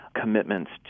commitments